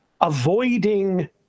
avoiding